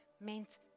meant